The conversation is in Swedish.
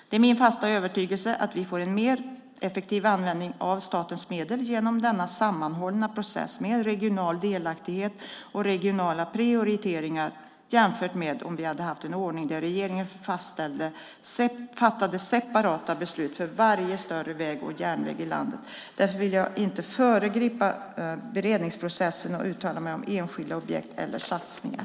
Det är min fasta övertygelse att vi får en mer effektiv användning av statens medel genom denna sammanhållna process med regional delaktighet och regionala prioriteringar, jämfört med om vi hade haft en ordning där regeringen fattade separata beslut för varje större väg och järnväg i landet. Därför vill jag inte föregripa beredningsprocessen och uttala mig om enskilda objekt eller satsningar.